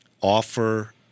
offer